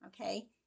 okay